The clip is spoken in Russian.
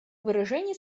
выражение